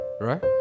Right